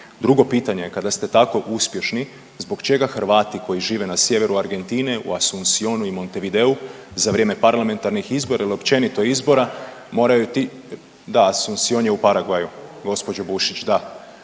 Drugo pitanje, kada ste tako uspješni zbog čega Hrvati koji žive na sjeveru Argentine u Asuncionu i Montevideu za vrijeme parlamentarnih izbora ili općenito izbora, moraju ti, da Asuncion je u Paraguayu gospođo Bušić da,